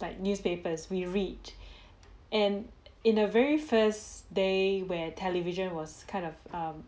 like newspapers we read and in a very first day where television was kind of um